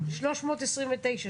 329,